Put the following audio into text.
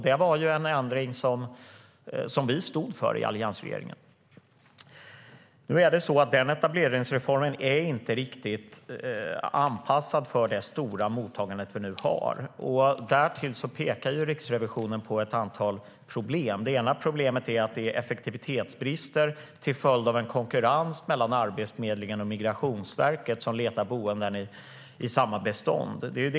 Detta var en ändring som vi stod för i alliansregeringen. Den etableringsreformen är dock inte riktigt anpassad för det stora mottagande vi nu har. Därtill pekar Riksrevisionen på ett antal problem. Det ena problemet är effektivitetsbrister till följd av en konkurrens mellan Arbetsförmedlingen och Migrationsverket, som letar boenden i samma bestånd.